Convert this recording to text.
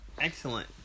excellent